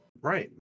Right